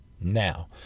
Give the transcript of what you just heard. Now